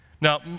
Now